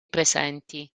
presenti